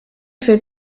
für